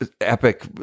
Epic